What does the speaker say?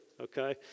okay